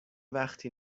وقتی